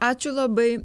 ačiū labai